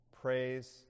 Praise